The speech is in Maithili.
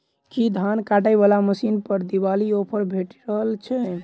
की धान काटय वला मशीन पर दिवाली ऑफर भेटि रहल छै?